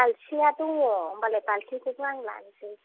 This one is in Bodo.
बाल्थिंआ दङ होमबालाय बाल्थिंखौबो आं लानोसै